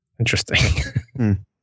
Interesting